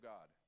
God